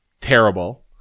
terrible